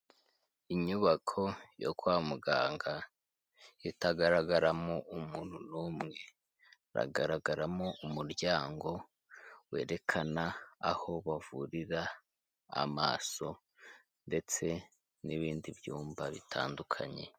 Inyubako yo kwa muganga itagaragaramo umuntu n'umwe hagaragaramo umuryango werekana aho bavurira amaso ndetse n'ibindi byumba bitandukanye.